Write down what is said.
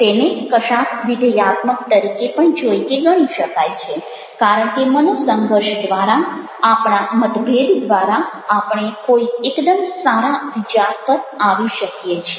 તેને કશાક વિધેયાત્મક તરીકે પણ જોઈ કે ગણી શકાય છે કારણ કે મનોસંઘર્ષ દ્વારા આપણા મતભેદ દ્વારા આપણે કોઈ એકદમ સારા વિચાર પર આવી શકીએ છીએ